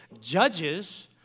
judges